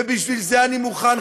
ובשביל זה אני מוכן,